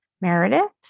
Meredith